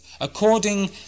according